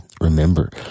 remember